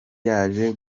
yaje